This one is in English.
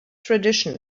tradition